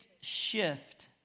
shift